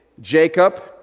Jacob